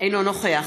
אינו נוכח